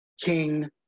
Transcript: King